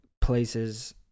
places